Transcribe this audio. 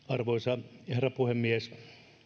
arvoisa herra puhemies